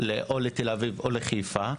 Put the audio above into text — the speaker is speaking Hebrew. לתל אביב או לחיפה,